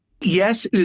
Yes